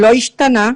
לא השתנה.